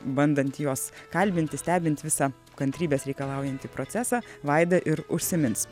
bandant juos kalbinti stebint visą kantrybės reikalaujantį procesą vaida ir užsimins